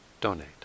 donate